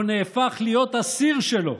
הוא נהפך להיות שלו,